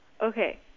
Okay